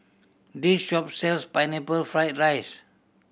this shop sells Pineapple Fried rice